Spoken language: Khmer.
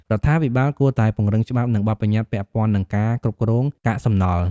រដ្ឋាភិបាលគួរតែពង្រឹងច្បាប់ និងបទប្បញ្ញតិ្តពាក់ព័ន្ធនឹងការគ្រប់គ្រងកាកសំណល់។